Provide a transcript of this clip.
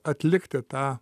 atlikti tą